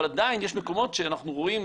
אבל עדיין יש מקומות שאנחנו רואים,